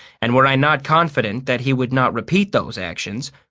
and were i not confident that he would not repeat those actions,